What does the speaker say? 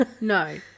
No